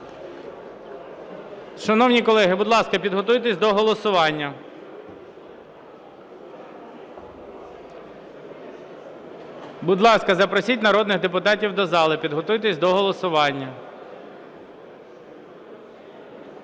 Шановні колеги, будь ласка, підготуйтесь до голосування. Будь ласка, запросіть народних депутатів до зали, підготуйтесь до голосування.